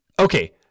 Okay